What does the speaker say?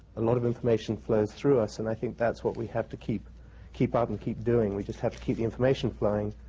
a lot of information flows through us, and i think that's what we have to keep keep up and keep doing. we just have to keep the information flowing,